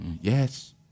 Yes